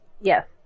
Yes